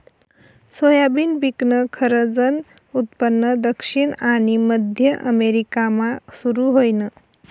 soybean पिकनं खरंजनं उत्पन्न दक्षिण आनी मध्य अमेरिकामा सुरू व्हयनं